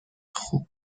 خوب